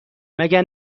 مگه